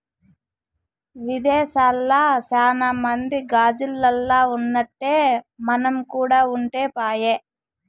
విదేశాల్ల సాన మంది గాజిల్లల్ల ఉన్నట్టే మనం కూడా ఉంటే పాయె